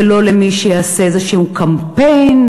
ולא למי שיעשה איזשהו קמפיין,